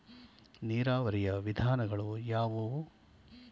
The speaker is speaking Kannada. ನೀರಾವರಿಯ ವಿಧಾನಗಳು ಯಾವುವು?